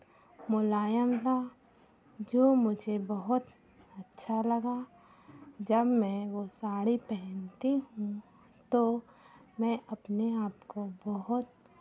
मुलायम था जो मुझे बहुत अच्छा लगा जब मैं वो साड़ी पहनती हूँ तो मैं अपने आपको बहुत